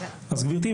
גברתי,